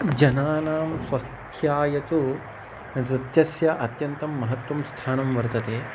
जनानां स्वस्थ्याय तु नृत्यस्य अत्यन्तं महत्वं स्थानं वर्तते